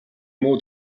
муу